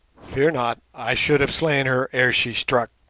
fear not i should have slain her ere she struck.